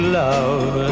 love